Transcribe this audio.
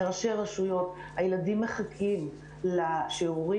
מראשי רשויות הילדים מחכים לשיעורים.